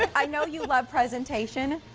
i know you love presentation.